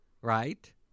Right